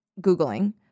Googling